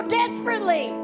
desperately